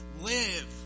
Live